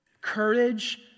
Courage